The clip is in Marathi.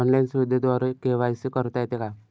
ऑनलाईन सुविधेद्वारे के.वाय.सी करता येते का?